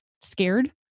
scared